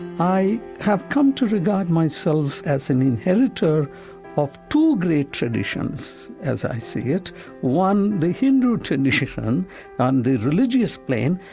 i have come to regard myself as an inheritor of two great traditions, as i see it one, the hindu tradition on the religious plane,